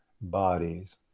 bodies